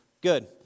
Good